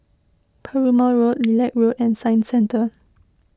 Perumal Road Lilac Road and Science Centre